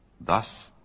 Thus